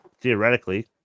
theoretically